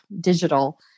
digital